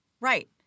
Right